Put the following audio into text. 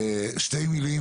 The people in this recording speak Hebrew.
שתי מילים,